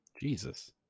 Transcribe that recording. Jesus